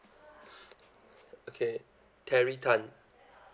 okay terry tan